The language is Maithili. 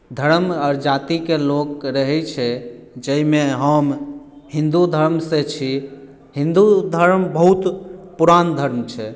धर्म आओर जातिके लोक रहैत छै जाहिमे हम हिन्दू धर्मसँ छी हिन्दु धर्म बहुत पुरान धर्म छै